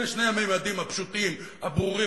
אלה שני הממדים הפשוטים, הברורים.